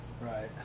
Right